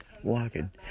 walking